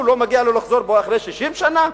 לו לא מגיע לחזור אחרי 60 שנה?